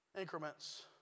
increments